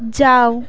যাও